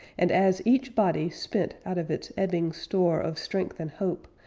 and as each body spent out of its ebbing store of strength and hope,